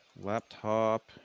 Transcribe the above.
laptop